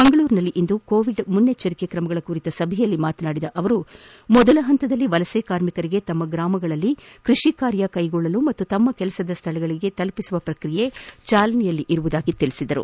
ಮಂಗಳೂರಿನಲ್ಲಿಂದು ಕೋವಿಡ್ ಮುಂಜಾಗ್ರತಾ ಕ್ರಮಗಳ ಕುರಿತ ಸಭೆಯಲ್ಲಿ ಮಾತನಾಡಿ ಮೊದಲ ಪಂತದಲ್ಲಿ ವಲಸೆ ಕಾರ್ಮಿಕರಿಗೆ ತಮ್ಮ ಗ್ರಾಮಗಳಲ್ಲಿ ಕೃಷಿ ಕಾರ್ಯ ಕೈಗೊಳ್ಳಲು ಹಾಗೂ ತಮ್ಮ ಕೆಲಸದ ಸ್ಥಳಗಳಿಗೆ ತಲುಪಿಸುವ ಪ್ರಕ್ರಿಯೆ ಚಾಲನೆಯಲ್ಲಿದೆ ಎಂದರು